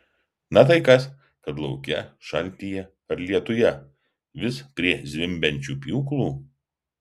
na tai kas kad lauke šaltyje ar lietuje vis prie zvimbiančių pjūklų